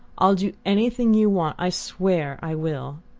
i'll do anything you want i swear i will!